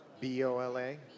B-O-L-A